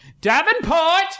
Davenport